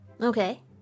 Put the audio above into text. Okay